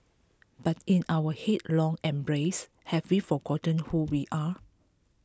but in our headlong embrace have we forgotten who we are